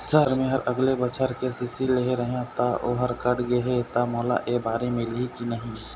Sir मेहर अगले बछर के.सी.सी लेहे रहें ता ओहर कट गे हे ता मोला एबारी मिलही की नहीं?